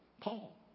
Paul